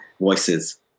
voices